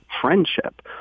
friendship